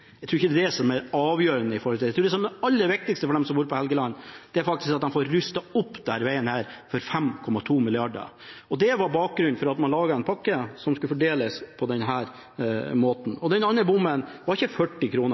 Jeg tror ikke det er det som er det avgjørende. Jeg tror det som er det aller viktigste for dem som bor på Helgeland, er å få rustet opp denne veien for 5,2 mrd. kr. Det var bakgrunnen for at man laget en pakke som skulle fordeles på denne måten. Avgiften ved den andre bommen var ikke på 40